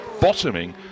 bottoming